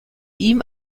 ihm